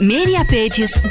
Mediapages